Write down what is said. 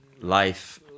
life